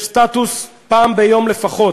יש סטטוס פעם אחת ביום לפחות,